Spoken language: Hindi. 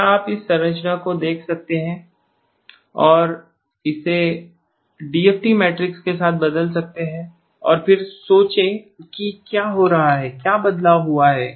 क्या आप इस संरचना को देख सकते हैं और इसे डीएफटी मैट्रिक्स के साथ बदल सकते हैं और फिर सोचें कि क्या हो रहा है क्या बदलाव हुआ है